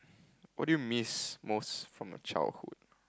what do you miss most from your childhood